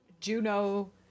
Juno